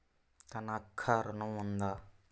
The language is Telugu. తనఖా ఋణం ఉందా?